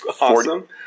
Awesome